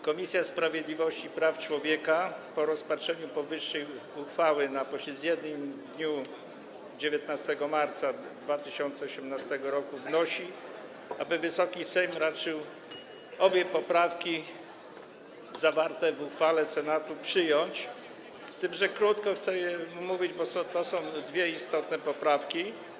Komisja Sprawiedliwości i Praw Człowieka po rozpatrzeniu powyższej uchwały na posiedzeniu w dniu 19 marca 2018 r. wnosi, aby Wysoki Sejm raczył obie poprawki zawarte w uchwale Senatu przyjąć, z tym że krótko chcę je omówić, bo to są dwie istotne poprawki.